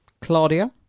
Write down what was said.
Claudia